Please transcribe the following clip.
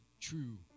true